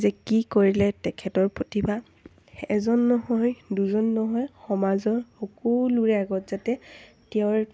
যে কি কৰিলে তেখেতৰ প্ৰতিভা এজন নহয় দুজন নহয় সমাজৰ সকলোৰে আগত যাতে তেওঁৰ